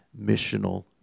missional